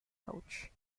coach